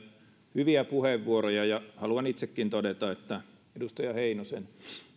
hyviä puheenvuoroja ja haluan itsekin todeta että edustaja heinosen laatima lakialoite